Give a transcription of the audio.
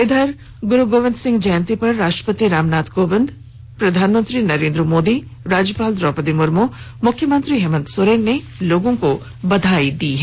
इधर गुरु गोविंद सिंह जयंती पर राष्ट्रपति रामनाथ कोविंद प्रधानमंत्री नरेंद्र मोदी राज्यपाल द्रौपदी मुर्मू मुख्यमंत्री हेमंत सोरेन ने लोगों को बधाई दी है